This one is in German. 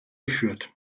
geführt